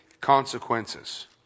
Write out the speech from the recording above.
consequences